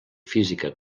física